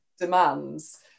demands